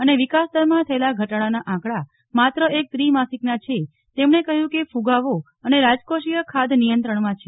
અને વિકાસદરમાં થયેલા ઘટાડાના આંકડા માત્ર એક ત્રિમાસિકના છે તેમણે કહ્યું કે ફુગાવો અને રાજકોષીય ખાધ નિયંત્રણમાં છે